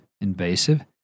invasive